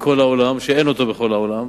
בכל העולם, שאין אותו בכל העולם.